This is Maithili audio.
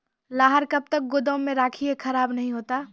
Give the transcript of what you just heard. लहार कब तक गुदाम मे रखिए खराब नहीं होता?